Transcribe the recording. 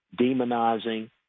demonizing